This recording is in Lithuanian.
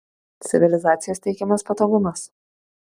civilizacijos teikiamas patogumas